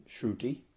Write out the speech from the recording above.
Shruti